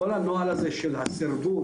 כל הנוהל הזה של הסרבול,